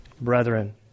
Brethren